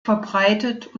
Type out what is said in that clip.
verbreitet